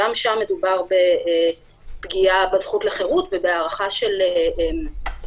גם שם מדובר בפגיעה בזכות לחירות ובהארכה של משמורת